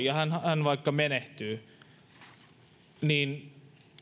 ja hän hän vaikka menehtyy niin